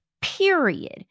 period